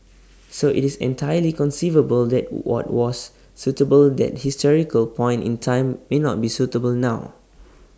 so IT is entirely conceivable that what was suitable that historical point in time may not be suitable now